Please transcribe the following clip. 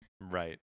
Right